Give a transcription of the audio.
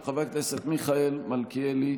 של חבר הכנסת מיכאל מלכיאלי.